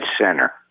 center